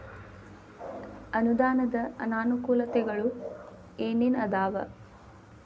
ಅನುದಾನದ್ ಅನಾನುಕೂಲತೆಗಳು ಏನ ಏನ್ ಅದಾವ?